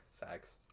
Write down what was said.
Facts